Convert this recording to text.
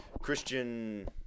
Christian